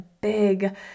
big